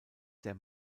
der